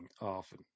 often